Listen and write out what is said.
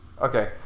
Okay